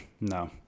no